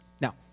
Now